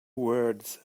words